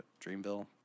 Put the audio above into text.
Dreamville